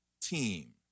team